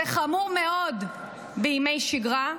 זה חמור מאוד בימי שגרה,